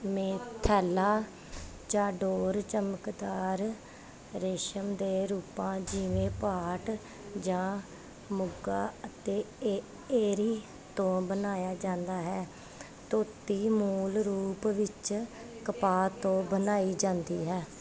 ਮੇਖੇਲਾ ਚਾਡੋਰ ਚਮਕਦਾਰ ਰੇਸ਼ਮ ਦੇ ਰੂਪਾਂ ਜਿਵੇਂ ਪਾਟ ਜਾਂ ਮੁਗਾ ਅਤੇ ਏ ਏਰੀ ਤੋਂ ਬਣਾਇਆ ਜਾਂਦਾ ਹੈ ਧੋਤੀ ਮੂਲ ਰੂਪ ਵਿੱਚ ਕਪਾਹ ਤੋਂ ਬਣਾਈ ਜਾਂਦੀ ਹੈ